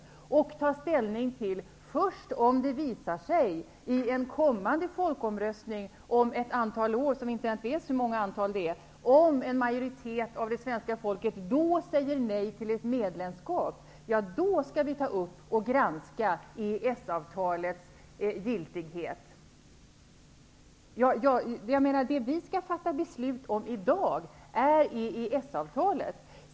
Vi kan ta ställning därtill först om det i en kommande folkomröstning om ett antal år -- vi vet inte ens hur många år -- visar sig att en majoritet av det svenska folket säger nej till ett medlemskap. Då skall vi granska EES-avtalets giltighet. Det vi skall fatta beslut om i dag är EES-avtalet.